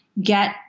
get